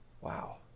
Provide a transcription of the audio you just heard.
Wow